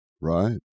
Right